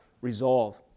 resolve